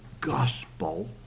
gospel